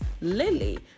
Lily